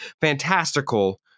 fantastical